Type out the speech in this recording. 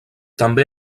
també